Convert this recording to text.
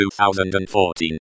2014